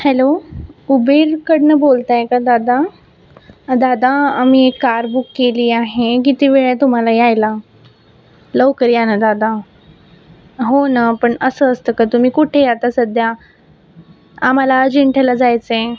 hello Uber कडन बोलताय का दादा दादा आम्ही एक कार बुक केली आहे किती वेळ तुम्हाला यायला लवकर या ना दादा हो ना पण अस असत का तुम्ही कुठेय आता सध्या आम्हाला अजिंठ्याला ला जायचंय